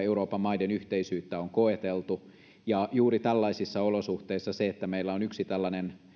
euroopan maiden yhteisyyttä on koeteltu juuri tällaisissa olosuhteissa sillä että meillä on yksi tällainen